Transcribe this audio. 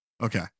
Okay